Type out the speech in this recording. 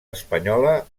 espanyola